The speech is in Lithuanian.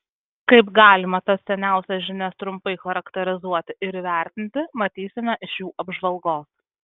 kaip galima tas seniausias žinias trumpai charakterizuoti ir įvertinti matysime iš jų apžvalgos